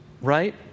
right